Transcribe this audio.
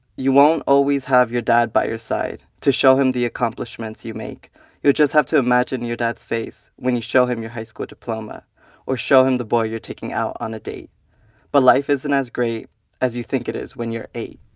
you won't always always have your dad by your side to show him the accomplishments you make you'll just have to imagine your dad's face when you show him your high school diploma or show him the boy you're taking out on a date but life isn't as great as you think it when you're eight.